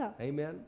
Amen